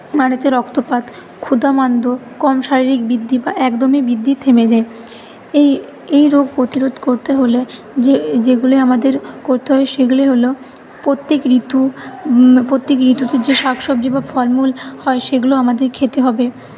বাড়িতে রক্তপাত ক্ষুধামান্দ্য কম শারীরিক বৃদ্ধি একদমই বৃদ্ধি থেমে যায় এই এই রোগ প্রতিরোধ করতে হলে যে যেগুলি আমাদের করতে হয় সেগুলি হল প্রত্যেক ঋতু প্রত্যেক ঋতুতে যে শাকসবজি বা ফলমূল হয় সেগুলো আমাদের খেতে হবে